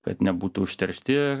kad nebūtų užteršti